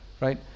right